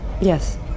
Yes